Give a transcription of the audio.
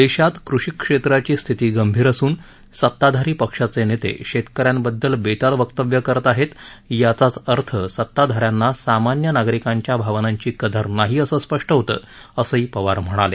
देशात कृषीक्षेत्राची स्थिती गंभीर असून सताधारी पक्षाचे नेते शेतक यांबददल बेताल वक्तव्य करत आहेत याचाच अर्थ सताधा यांना सामान्य नागरिकांच्या भावनांची कदर नाही असं स्पष्ट होतं असंही पवार म्हणाले